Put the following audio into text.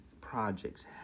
projects